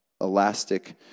elastic